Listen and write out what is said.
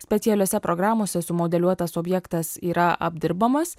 specialiose programose sumodeliuotas objektas yra apdirbamas